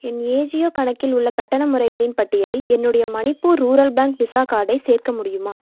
என் ஏஜியோ கணக்கில் உள்ள கட்டண முறைகளின் பட்டியலில் என்னுடைய மணிப்பூர் ரூரல் பேங்க் விசா கார்டை சேர்க்க முடியுமா